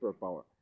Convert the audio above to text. superpower